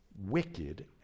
wicked